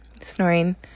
snoring